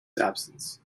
absence